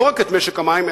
לא רק את משק המים,